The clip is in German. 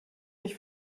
mich